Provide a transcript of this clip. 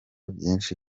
byinshi